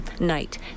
night